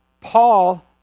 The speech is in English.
Paul